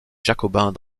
jacobins